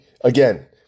again